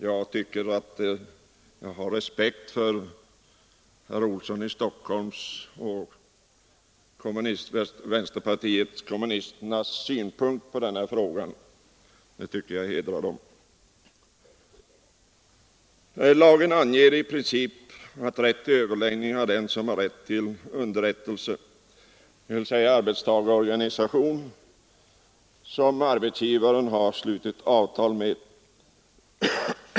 Jag har respekt för herr Olssons i Stockholm och övriga kommunisters syn på denna fråga, och jag tycker att deras inställning hedrar dem. Lagen anger i princip att den har rätt till överläggning som har rätt till underrättelse, dvs. den arbetstagarorganisation som arbetsgivaren har slutit avtal med.